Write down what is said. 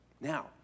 Now